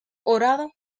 horado